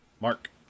Mark